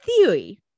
theory